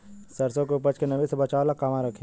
सरसों के उपज के नमी से बचावे ला कहवा रखी?